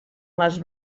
les